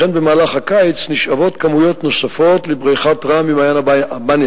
התשובה תהיה ארוכה,